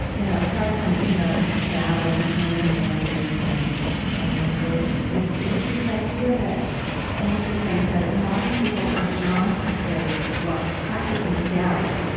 you know aside from you know the battle between the new atheists and the religious, is is this idea that and this is how you said it modern people are drawn to faith while practicing doubt,